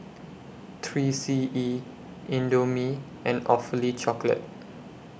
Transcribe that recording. three C E Indomie and Awfully Chocolate